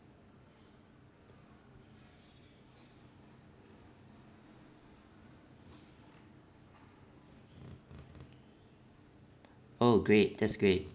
oh great that's great